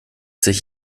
sich